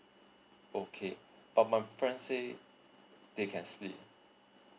okay but my friends say they can split